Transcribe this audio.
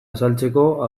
azaltzeko